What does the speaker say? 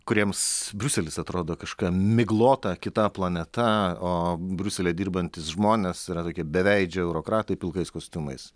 kuriems briuselis atrodo kažkokia miglota kita planeta o briuselyje dirbantys žmonės yra tokie beveidžiai eurokratai pilkais kostiumais